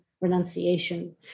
renunciation